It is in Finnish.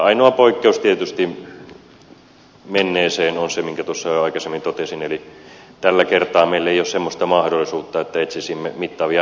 ainoa poikkeus tietysti menneeseen on se minkä tuossa jo aikaisemmin totesin eli tällä kertaa meillä ei ole semmoista mahdollisuutta että etsisimme mittavia elvytyspaketteja